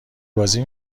بازی